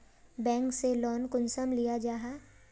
Bank से loan कुंसम लिया जाहा?